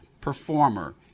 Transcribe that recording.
performer